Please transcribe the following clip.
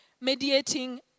mediating